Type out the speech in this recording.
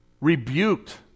rebuked